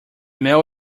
mall